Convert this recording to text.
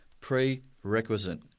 prerequisite